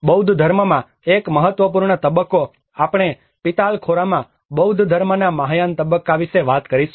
બૌદ્ધ ધર્મમાં એક મહત્વપૂર્ણ તબક્કો આપણે પિતાલખોરામાં બૌદ્ધ ધર્મના મહાયાન તબક્કા વિશે વાત કરીશું